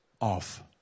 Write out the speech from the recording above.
off